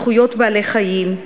זכויות בעלי-החיים,